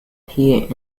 here